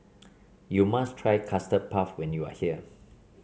you must try Custard Puff when you are here